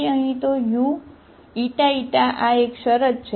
તો uηη આ એક શરત છે